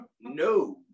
no